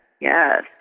Yes